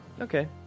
okay